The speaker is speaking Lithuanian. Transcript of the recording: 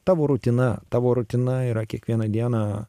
tavo rutina tavo rutina yra kiekvieną dieną